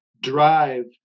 drive